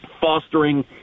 fostering